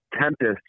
Tempest